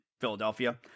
Philadelphia